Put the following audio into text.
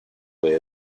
way